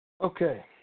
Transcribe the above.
Okay